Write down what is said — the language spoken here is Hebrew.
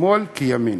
שמאל כימין.